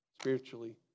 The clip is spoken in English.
spiritually